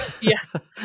Yes